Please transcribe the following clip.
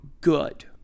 good